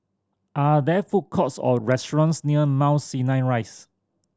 are there food courts or restaurants near Mount Sinai Rise